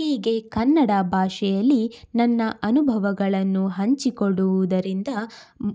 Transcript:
ಹೀಗೆ ಕನ್ನಡ ಭಾಷೆಯಲ್ಲಿ ನನ್ನ ಅನುಭವಗಳನ್ನು ಹಂಚಿಕೊಡುವುದರಿಂದ